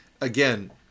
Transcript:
Again